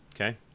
Okay